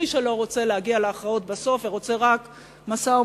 מי שלא רוצה להגיע להכרעות בסוף ורוצה רק משא-ומתן,